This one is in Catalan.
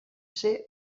ser